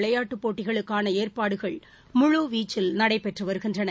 விளையாட்டுப்போட்களுக்கான ஏற்பாடுகள் முழு வீச்சில் நடைபெற்று வருகின்றன